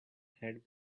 had